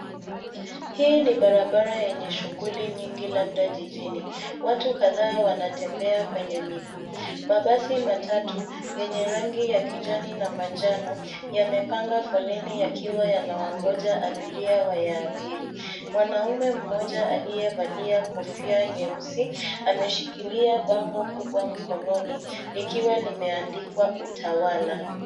Hii ni barabara yenye shughuli nyingi labda jijini. Watu kadhaa wanatembea kwenye miguu. Mabasi matatu yenye rangi ya kijani na manjano yamepanga foleni yakiwa yanawangoja abiria wayaabiri. Mwanaume mmoja aliyevalia kofia nyeusi, ameshikilia bango mkononi likiwa limeandikwa utawala.